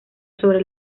sobre